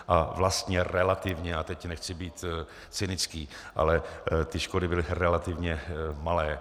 A vlastně relativně, a teď nechci být cynický, ale ty škody byly relativně malé.